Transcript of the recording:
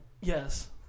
Yes